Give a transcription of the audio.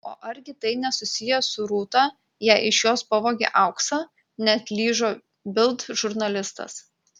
o argi tai nesusiję su rūta jei iš jos pavogė auksą neatlyžo bild žurnalistas